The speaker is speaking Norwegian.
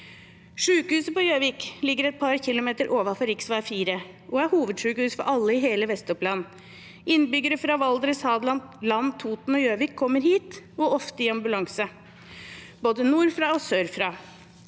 Sykehuset på Gjøvik ligger et par kilometer ovenfor rv. 4 og er hovedsykehus for alle i hele Vest-Oppland. Innbyggere fra Valdres, Hadeland, Land, Toten og Gjøvik kommer hit, ofte i ambulanse, både nordfra og sørfra.